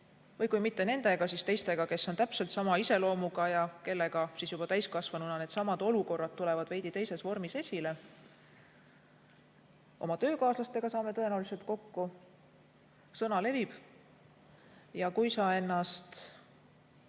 või kui mitte nendega, siis teistega, kes on täpselt sama iseloomuga ja kellega siis juba täiskasvanuna needsamad olukorrad tulevad veidi teises vormis esile. Oma töökaaslastega saame tõenäoliselt kokku, sõna levib. Kui sa ennast